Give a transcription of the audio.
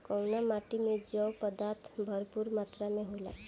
कउना माटी मे जैव पदार्थ भरपूर मात्रा में होला?